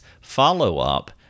follow-up